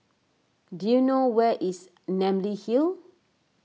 do you know where is Namly Hill